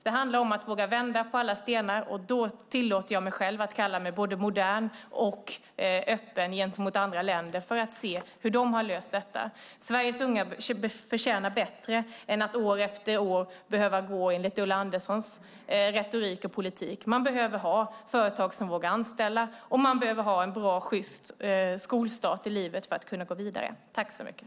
Det handlar om att våga vända på alla stenar, och då tillåter jag mig både att kalla mig modern och att vara öppen gentemot andra länder för att se hur de har löst detta. Sveriges unga förtjänar bättre än att år efter år behöva leva enligt Ulla Anderssons retorik och politik. Vi behöver företag som vågar anställa, och barnen behöver en bra skolstart för att kunna gå vidare i livet.